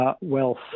wealth